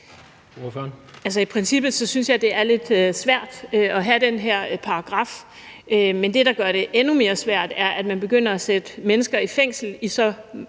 i princippet synes jeg, det er lidt svært at have den her paragraf, men det, der gør det endnu mere svært, er, at man begynder at sætte mennesker i fængsel i så lang